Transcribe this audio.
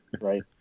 Right